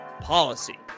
policy